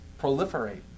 proliferate